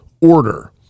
order